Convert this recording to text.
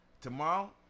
tomorrow